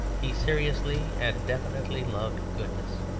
he seriously and definitely loved goodness.